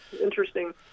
interesting